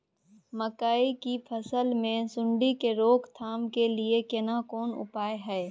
मकई की फसल मे सुंडी के रोक थाम के लिये केना कोन उपाय हय?